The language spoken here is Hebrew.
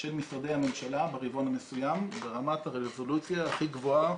של משרדי הממשלה ברבעון המסוים ברמת הרזולוציה הכי גבוהה